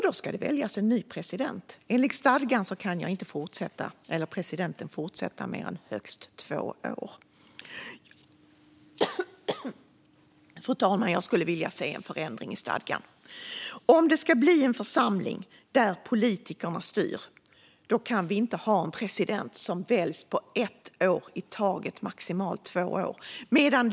Då ska det väljas en ny president. Enligt stadgan kan inte presidenten fortsätta mer än högst två år. Fru talman! Jag skulle vilja se en förändring i stadgan. Om det ska bli en församling där politikerna styr kan vi inte ha en president som väljs på ett år i taget och maximalt för två år.